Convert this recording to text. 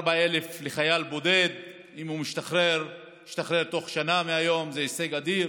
4,000 לחייל בודד כשהוא משתחרר בתוך שנה מהיום זה הישג אדיר